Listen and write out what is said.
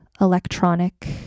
electronic